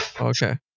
Okay